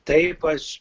taip aš